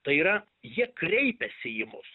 tai yra jie kreipiasi į mus